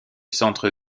centre